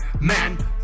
man